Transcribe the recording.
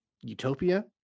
utopia